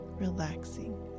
relaxing